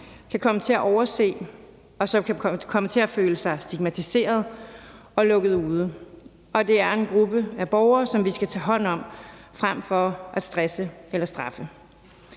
kan komme til at overse, og som kan komme til at føle sig stigmatiseret og lukket ude, og det er en gruppe af borgere, som vi skal tage hånd om frem for at stresse eller straffe.